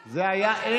לא.